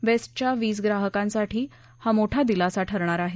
बेस्टच्या वीज ग्राहकांसाठी हा मोठा दिलासा ठरणार आहे